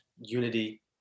unity